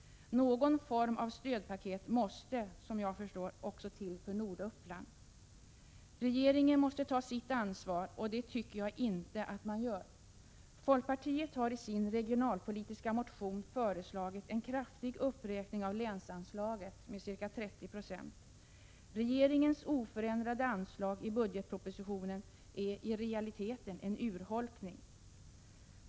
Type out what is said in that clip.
Någon form av stödpaket måste, som jag förstår det, också till för Norduppland. Regeringen måste ta sitt ansvar, och det tycker inte jag att den gör. Folkpartiet har i sin regionalpolitiska motion föreslagit en kraftig uppräkning av länsanslaget, med ca 30 26. Regeringens förslag i budgetpropositionen till oförändrat anslag är i realiteten en urholkning.